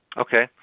Okay